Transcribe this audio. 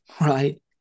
right